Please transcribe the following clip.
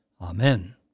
Amen